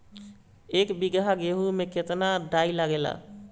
एक बीगहा गेहूं में केतना डाई लागेला?